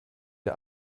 der